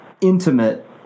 intimate